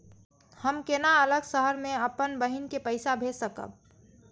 हम केना अलग शहर से अपन बहिन के पैसा भेज सकब?